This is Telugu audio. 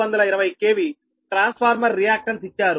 8220 KVట్రాన్స్ఫార్మర్ రియాక్టన్స్ ఇచ్చారు